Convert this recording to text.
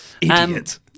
Idiot